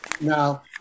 Now